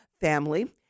family